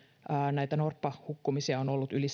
näitä norppahukkumisia on ollut yli